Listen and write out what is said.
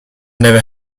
never